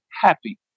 happy